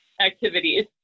activities